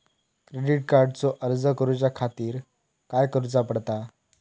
Credit कार्डचो अर्ज करुच्या खातीर काय करूचा पडता?